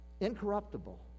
incorruptible